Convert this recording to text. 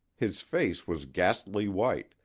his face was ghastly white,